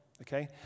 Okay